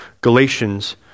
galatians